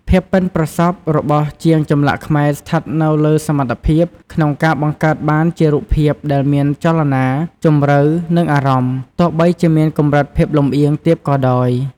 ភាពប៉ិនប្រសប់របស់ជាងចម្លាក់ខ្មែរស្ថិតនៅលើសមត្ថភាពក្នុងការបង្កើតបានជារូបភាពដែលមានចលនា ជម្រៅ និងអារម្មណ៍ ទោះបីជាមានកម្រិតភាពលៀនទាបក៏ដោយ។